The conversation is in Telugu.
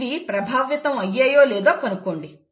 ఇవి ప్రభావితం అయ్యాయో లేదో కనుక్కోండి